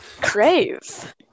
crave